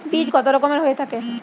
বীজ কত রকমের হয়ে থাকে?